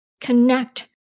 connect